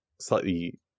slightly